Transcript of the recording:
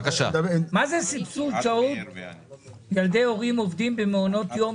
זה סבסוד שעות ילדי הורים עובדים ומעונות יום,